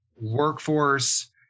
workforce